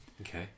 Okay